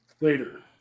Later